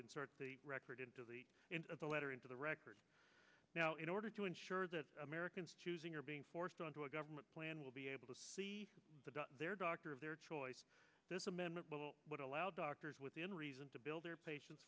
insert the record into the into the letter into the record now in order to ensure that americans choosing or being forced onto a government plan will be able to see their doctor of their choice this amendment would allow doctors within reason to build their patien